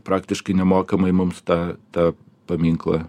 praktiškai nemokamai mums tą tą paminklą